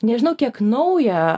nežinau kiek naują